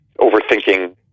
overthinking